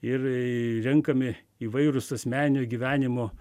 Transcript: ir renkami įvairūs asmeninio gyvenimo